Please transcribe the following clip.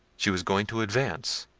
she was going to advance,